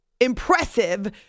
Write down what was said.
impressive